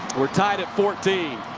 we're tied at fourteen.